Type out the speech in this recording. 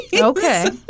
Okay